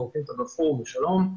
זורקים גפרור ושלום,